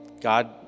God